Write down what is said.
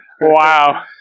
Wow